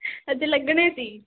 ਹਜੇ ਲੱਗਣੇ ਸੀ